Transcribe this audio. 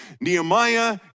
Nehemiah